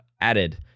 added